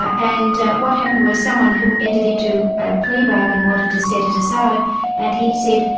and what happened was someone who entered into a plea bargain wanted to set it aside and he said,